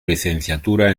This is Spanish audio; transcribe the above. licenciatura